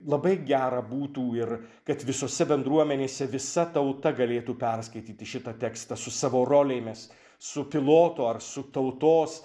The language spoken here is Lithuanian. labai gera būtų ir kad visose bendruomenėse visa tauta galėtų perskaityti šitą tekstą su savo rolėmis su pilotu ar su tautos